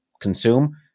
consume